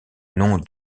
nom